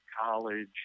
college